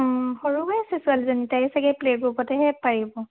অঁ সৰু হৈ আছে ছোৱালীজনী তায়ো চাগে প্লে' গ্ৰুপতেহে পাৰিব